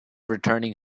returning